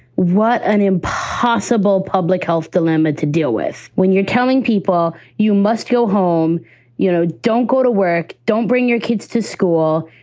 what an impossible public health dilemma to deal with when you're telling people you must go home you know, don't go to work. don't bring your kids to school.